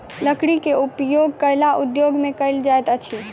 लकड़ी के उपयोग कला उद्योग में कयल जाइत अछि